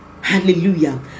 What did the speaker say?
hallelujah